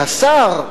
והשר,